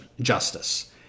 justice